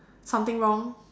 something wrong